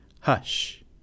Hush